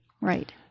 Right